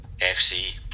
FC